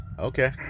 Okay